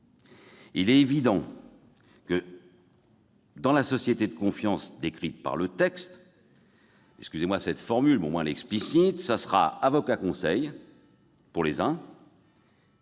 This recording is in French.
Il est évident que, dans la société de confiance décrite par le texte, excusez-moi cette formule, mais elle a le mérite d'être explicite, ce sera avocat-conseil pour les uns